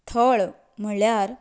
थळ म्हळ्यार